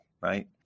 right